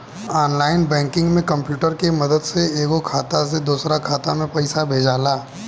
online banking में computer के मदद से एगो खाता से दोसरा खाता में पइसा भेजाला